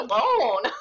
alone